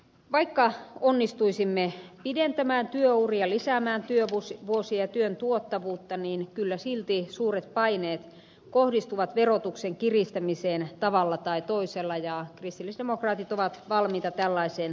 vaikka onnistuisimme pidentämään työuria lisäämään työvuosia ja työn tuottavuutta niin kyllä silti suuret paineet kohdistuvat verotuksen kiristämiseen tavalla tai toisella ja kristillisdemokraatit ovat valmiita tällaiseen pohdintaan